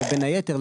בין היתר,